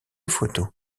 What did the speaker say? photos